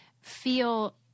feel